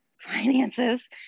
finances